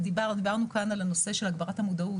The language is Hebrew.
דיברנו כאן על הנושא של הגברת המודעות.